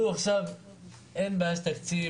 לו עכשיו אין בעיה של תקציב,